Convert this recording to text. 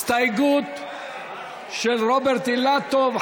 הסתייגות של חברי הכנסת רוברט אילטוב,